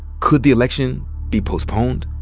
could the election be postponed?